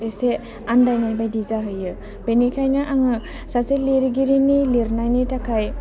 एसे आन्दायनाय बायदि जाहैयो बेनिखायनो आङो सासे लिरगिरिनि लिरनायनि थाखाय